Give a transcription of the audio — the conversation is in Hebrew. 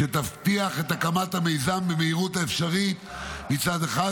שתבטיח את הקמת המיזם במהירות האפשרית מצד אחד,